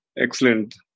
Excellent